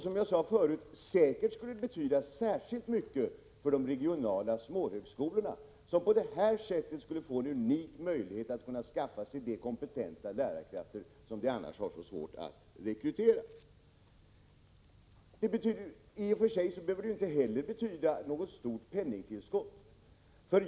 Som jag sade förut skulle det säkert betyda särskilt mycket för de regionala småhögskolorna som på det här sättet skulle få en unik möjlighet att skaffa sig de kompetenta lärarkrafter som de annars har så svårt att rekrytera. I och för sig behöver det inte heller betyda något stort penningtillskott.